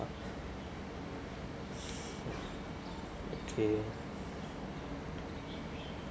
okay